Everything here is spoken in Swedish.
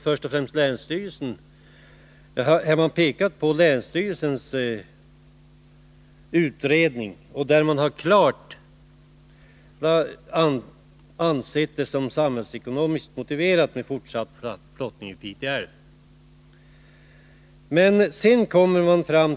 Utskottet pekar först på länsstyrelsens utredning, enligt vilken det anses samhällsekonomiskt motiverat med fortsatt flottning i Pite älv.